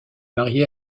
marié